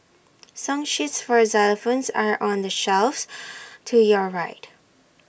song sheets for xylophones are on the shelves to your right